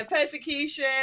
persecution